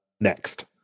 Next